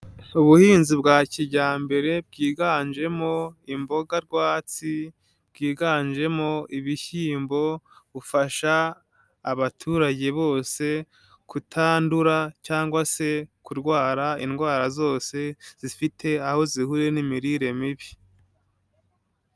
Ubuhinzi bwa kijyambere bwiganjemo imboga rwatsi, bwiganjemo ibishyimbo, fasha abaturage bose kutandura cyangwa se kurwara indwara zose zifite aho zihuriye n'imirire mibi.